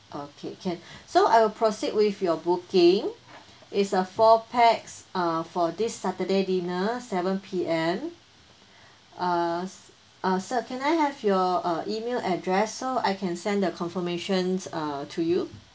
okay can so I will proceed with your booking it's a four pax uh for this saturday dinner seven P_M uh s~ uh sir can I have your uh email address so I can send the confirmations uh to you